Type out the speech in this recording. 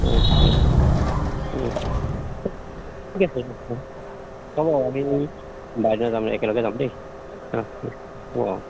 ঠিক আছে হ'ব আমি যাম একেলগে যাম দেই অঁ হ'ব অঁ